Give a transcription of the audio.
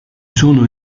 sono